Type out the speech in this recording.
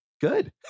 good